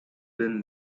been